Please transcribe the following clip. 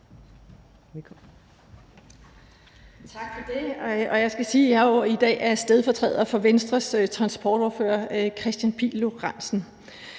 sige, at jeg i dag er stedfortræder for Venstres transportordfører, Kristian Pihl Lorentzen.